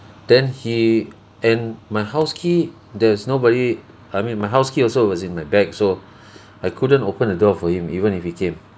then he and my house key there's nobody I mean my house key also was in my bag so I couldn't open the door for him even if he came